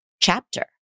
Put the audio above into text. chapter